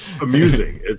amusing